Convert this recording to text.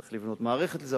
צריך לבנות מערכת לזה,